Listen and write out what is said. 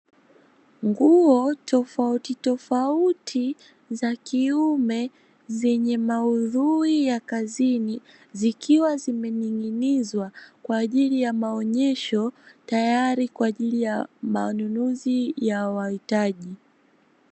Nguo tofautitifauti za kiume zenye maudhui ya kazini zikiwa zimening'inizwa kwaajili ya maonyesho tayari kwaajili ya manunuzi ya wahitaji.